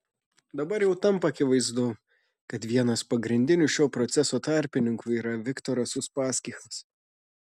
dabar jau tampa akivaizdu kad vienas pagrindinių šio proceso tarpininkų yra viktoras uspaskichas